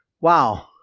Wow